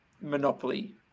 monopoly